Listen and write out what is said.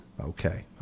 okay